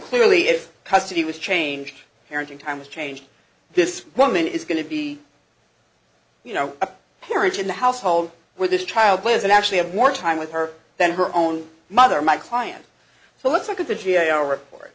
clearly if custody was changed parenting time was changed this woman is going to be you know a parent in the household where this child lives and actually have more time with her than her own mother my client so let's look at the g a o report